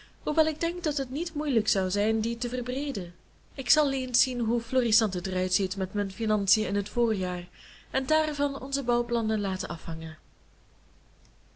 hoewel ik denk dat het niet moeilijk zou zijn die te verbreeden ik zal eens zien hoe florissant het er uitziet met mijn financiën in het voorjaar en daarvan onze bouwplannen laten afhangen